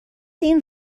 این